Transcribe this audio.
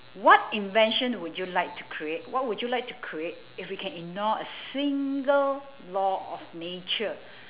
what invention would you like to create what would you like to create if you can ignore a single law of nature